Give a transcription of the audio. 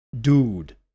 Dude